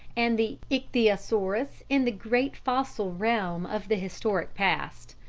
and the ichthyosaurus in the great fossil realm of the historic past.